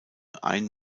ein